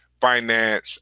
finance